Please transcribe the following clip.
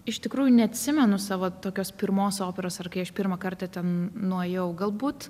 iš tikrųjų neatsimenu savo tokios pirmos operos ar kai aš pirmą kartą ten nuėjau galbūt